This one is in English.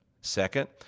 Second